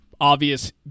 obvious